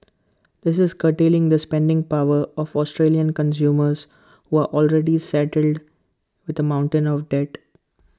that is curtailing the spending power of Australian consumers who are already saddled with A mountain of debt